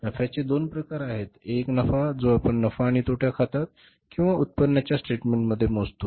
नफ्याचे दोन प्रकार आहेत एक नफा जो आपण नफा आणि तोटा खात्यात किंवा उत्पन्नाच्या स्टेटमेंटमध्ये मोजतो